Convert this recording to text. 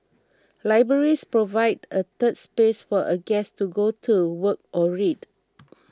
libraries provide a third space for a guest to go to work or read